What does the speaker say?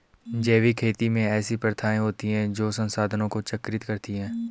जैविक खेती में ऐसी प्रथाएँ होती हैं जो संसाधनों को चक्रित करती हैं